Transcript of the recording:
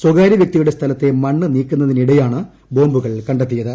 സ്വകാര്യ വ്യക്തിയുടെ സ്ഥലത്തെ മണ്ണ് നീക്കുന്നതിനിടെയാണ് ബോംബുകൾ കണ്ടെത്തിയത്